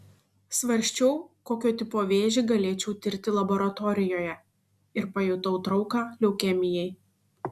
svarsčiau kokio tipo vėžį galėčiau tirti laboratorijoje ir pajutau trauką leukemijai